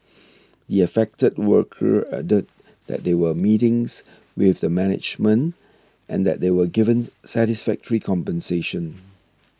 the affected worker added that there were meetings with the management and that they were given satisfactory compensation